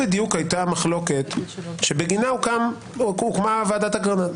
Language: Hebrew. הייתה המחלוקת שבגינה הוקמה ועדת אגרנט.